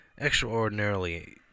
extraordinarily